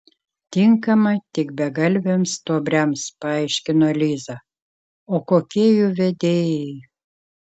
tinkama tik begalviams stuobriams paaiškino liza o kokie jų vedėjai